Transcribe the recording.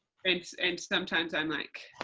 and sometimes i'm like,